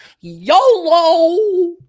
YOLO